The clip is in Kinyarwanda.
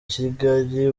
kigali